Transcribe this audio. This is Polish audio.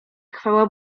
chwała